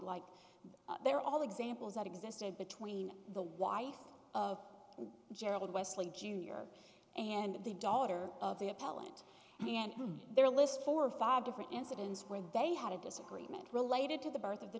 like they're all examples that existed between the wife of gerald wesley jr and the daughter of the appellant he and their list four or five different incidents where they had a disagreement related to the birth of the